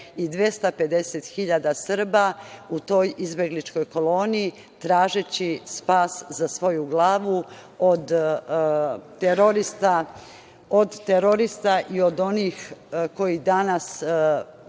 250.000 Srba u toj izbegličkoj koloni tražeći spas za svoju glavu od terorista i od onih koji danas